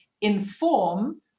inform